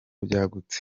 byagutse